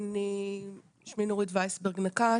שמי נורית ויסברג נקאש,